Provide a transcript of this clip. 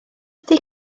ydi